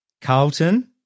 Carlton